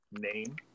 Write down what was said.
name